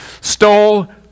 stole